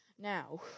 Now